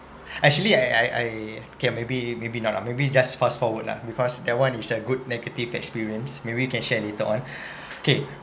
actually I I I okay maybe maybe not ah maybe just fast forward lah because that one is a good negative experience maybe we can share later on okay